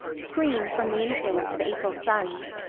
screened from the influence of april suns.